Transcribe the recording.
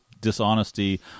dishonesty